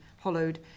hollowed